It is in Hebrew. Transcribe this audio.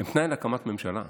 הם תנאי להקמת ממשלה.